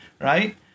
right